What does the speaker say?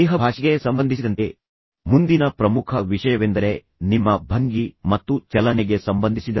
ದೇಹಭಾಷೆಗೆ ಸಂಬಂಧಿಸಿದಂತೆ ಮುಂದಿನ ಪ್ರಮುಖ ವಿಷಯವೆಂದರೆ ನಿಮ್ಮ ಭಂಗಿ ಮತ್ತು ಚಲನೆಗೆ ಸಂಬಂಧಿಸಿದಂತೆ